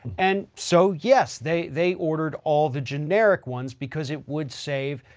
and so, yes, they, they ordered all the generic ones because it would save,